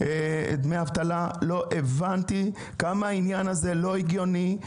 לא הבנתי כמה עניין דמי האבטלה לא הגיוני,